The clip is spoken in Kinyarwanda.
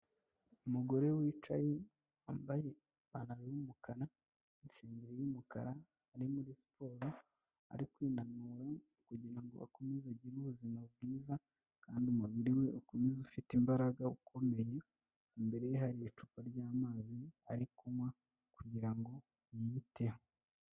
Umugore wicaye wambaye ipantaro y'umukara n'insengeri y'umukara, ari muri siporo, ari kwinanura kugira ngo akomeze agire ubuzima bwiza kandi umubiri we ukomeze ufite imbaraga ukomeye, imbere ye hari icupa ry'amazi ari kunywa kugira ngo yiyiteho.